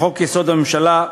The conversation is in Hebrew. לחוק-יסוד: הממשלה,